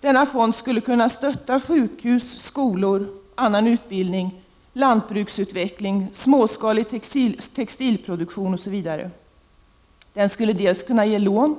Denna fond skulle kunna stötta sjukhus, skolor, annan utbildning, lantbruksutveckling, småskalig textilproduktion osv. Den skulle kunna ge dels lån,